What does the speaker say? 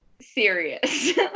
serious